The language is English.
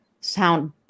sound